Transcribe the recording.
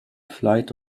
flight